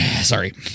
Sorry